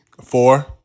Four